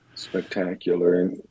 Spectacular